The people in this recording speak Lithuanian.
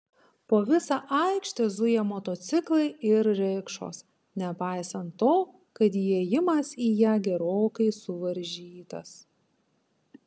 po visą aikštę zuja motociklai ir rikšos nepaisant to kad įėjimas į ją gerokai suvaržytas